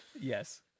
Yes